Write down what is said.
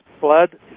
blood